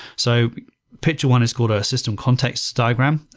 so picture one is called a system context diagram.